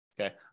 Okay